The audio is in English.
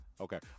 Okay